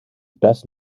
best